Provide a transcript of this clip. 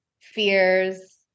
fears